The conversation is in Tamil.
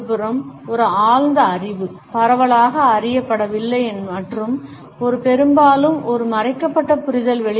மறுபுறம் ஒரு ஆழ்ந்த அறிவு பரவலாக அறியப்படவில்லை மற்றும் இது பெரும்பாலும் ஒரு மறைக்கப்பட்ட புரிதல்